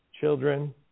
children